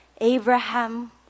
Abraham